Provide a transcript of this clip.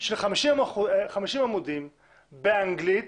של 50 עמודים באנגלית